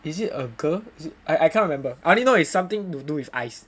is it a girl I cannot remember I only know it's something to do with ice